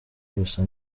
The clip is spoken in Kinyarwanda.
gusa